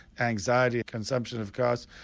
anxiety, consumption of costs.